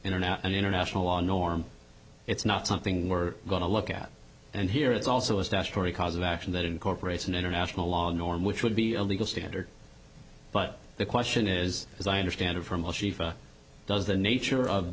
internet and international law norm it's not something we're going to look at and here it's also a statutory cause of action that incorporates an international law norm which would be a legal standard but the question is as i understand it from does the nature of